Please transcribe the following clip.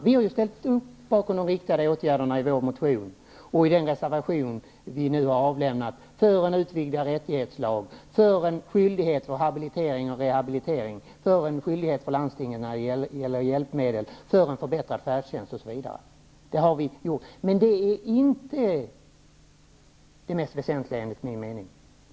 Vi har i vår motion och i vår reservation ställt oss bakom de riktade åtgärderna, en utvidgad rättighetslag, en skyldighet till rehabilitering och habilitering och en skyldighet för landstingen att ställa upp med hjälpmedel, förbättrad färdtjänst, osv. Men det är inte det mest väsentliga enligt min mening.